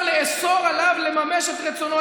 איך אפשר לאסור עליו לממש את רצונו?